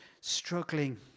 struggling